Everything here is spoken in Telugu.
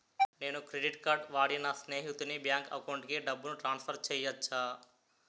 నేను క్రెడిట్ కార్డ్ వాడి నా స్నేహితుని బ్యాంక్ అకౌంట్ కి డబ్బును ట్రాన్సఫర్ చేయచ్చా?